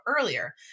earlier